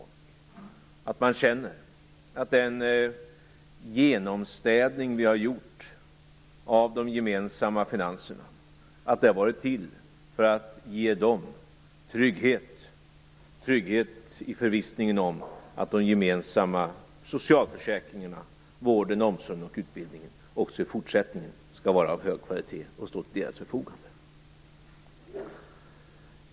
Det gäller att de känner att den genomstädning som vi har gjort av de gemensamma finanserna har varit till för att ge dem trygghet - trygghet i förvissningen om att de gemensamma socialförsäkringarna, vården, omsorgen och utbildningen också i fortsättningen skall vara av hög kvalitet och stå till deras förfogande.